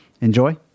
enjoy